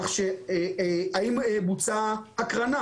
האם בוצעה הקרנה?